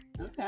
Okay